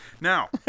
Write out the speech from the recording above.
Now